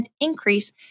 increase